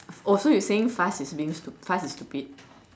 oh so you saying fast is being fast is stupid